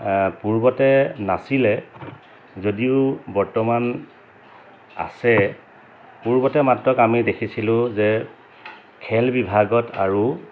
পূৰ্বতে নাছিলে যদিও বৰ্তমান আছে পূৰ্বতে মাত্ৰক আমি দেখিছিলোঁ যে খেল বিভাগত আৰু